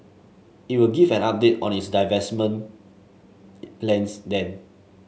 it will give an update on its divestment plans then